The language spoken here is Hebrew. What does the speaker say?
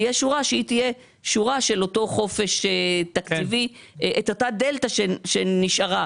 לגבי אותה יתרת תקציב,